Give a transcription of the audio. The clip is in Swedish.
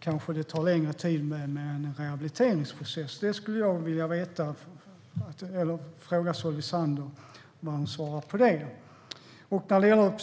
kanske det tar längre tid med en rehabiliteringsprocess. Det skulle jag vilja veta, och jag frågar Solveig Zander vad hon svarar på det.